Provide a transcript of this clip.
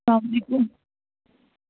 سلام علیکُم